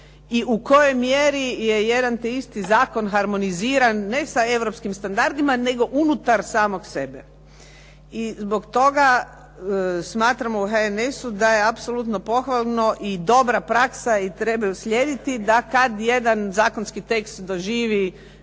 i u kojoj mjeri je jedan te isti zakon harmoniziran, ne sa europskim standardima nego unutar samog sebe. I zbog toga smatramo u HNS-u da je apsolutno pohvalno i dobra praksa i treba ju slijediti da kad jedan zakonski tekst doživi